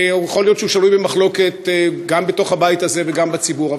ויכול להיות שהוא שנוי במחלוקת גם בתוך הבית הזה וגם בציבור,